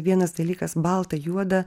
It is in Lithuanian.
vienas dalykas balta juoda